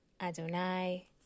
Adonai